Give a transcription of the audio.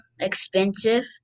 expensive